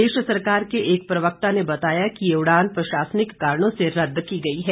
प्रदेश सरकार के एक प्रवक्ता ने कल शिमला में कहा कि ये उड़ान प्रशासनिक कारणों से रद्द की गई है